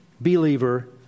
believer